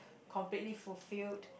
completely fulfill